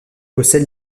possède